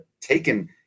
taken –